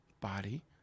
body